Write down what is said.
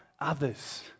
others